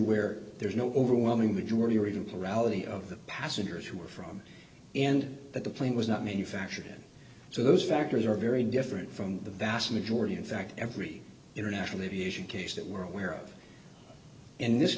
where there is no overwhelming majority reason for reality of the passengers who were from and that the plane was not manufactured so those factors are very different from the vast majority in fact every international aviation case that we're aware of in this